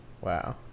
Wow